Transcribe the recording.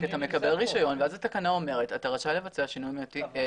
כי אתה מקבל רישיון ואז התקנה אומרת שאתה רשאי לבצע שינוי מהותי.